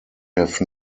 have